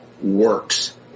works